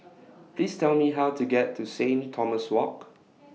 Please Tell Me How to get to Saint Thomas Walk